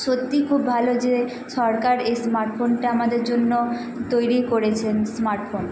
সত্যি খুব ভালো যে সরকার এই স্মার্ট ফোনটা আমাদের জন্য তৈরি করেছেন স্মার্ট ফোন